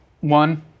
One